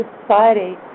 society